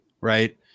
Right